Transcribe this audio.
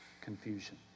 confusion